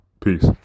Peace